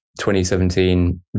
2017